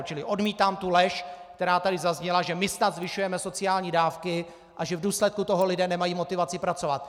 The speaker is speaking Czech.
Čili odmítám lež, která tady zazněla, že my snad zvyšujeme sociální dávky a že v důsledku toho lidé nemají motivaci pracovat.